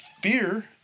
Fear